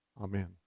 Amen